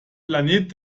planet